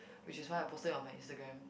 which is why I posted it on my Instagram